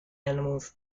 animals